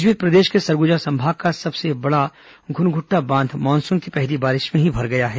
इस बीच प्रदेश के सरगुजा संभाग का सबसे बड़ा घुनघुट्टा बांध मानसून की पहली बारिश में ही भर गया है